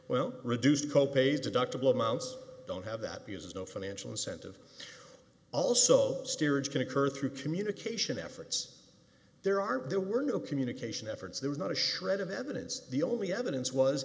well reduced co pays deductible amounts don't have that uses no financial incentive also steerage can occur through communication efforts there are there were no communication efforts there was not a shred of evidence the only evidence was